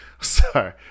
sorry